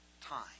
time